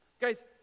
Guys